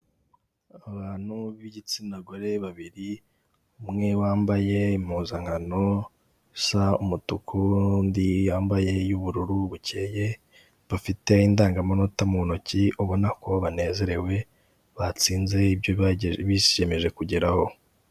Abantu b'igitsina gore babiri umwe wambaye impuzankano isa umutuku, undi yambaye iy'ubururu bukeye bafite indangamanota mu ntoki ubona ko banezerewe batsinze ibyo biyemeje kugeraho.